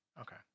Okay